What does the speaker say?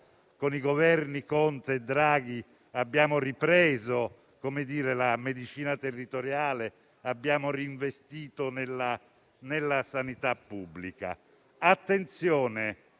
con i Governi Conte e Draghi, abbiamo ripreso la medicina territoriale; abbiamo reinvestito nella sanità pubblica.